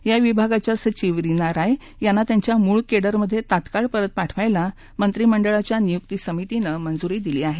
या विभागाच्या सचीव रिना राय यांना त्यांच्या मूळ केडरमधे तात्काळ परत पाठवायला मंत्रिमंडळाच्या नियुक्ती समितीनं मंजूरी दिली आहे